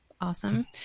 Awesome